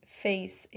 face